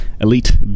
Elite